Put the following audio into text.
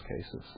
cases